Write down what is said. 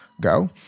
go